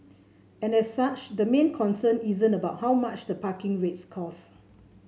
and as such the main concern isn't about how much the parking rates cost